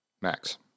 Max